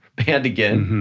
and again,